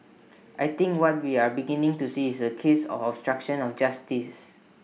I think what we are beginning to see is A case of obstruction of justice